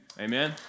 Amen